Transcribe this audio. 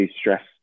stressed